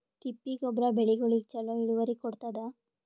ತಿಪ್ಪಿ ಗೊಬ್ಬರ ಬೆಳಿಗೋಳಿಗಿ ಚಲೋ ಇಳುವರಿ ಕೊಡತಾದ?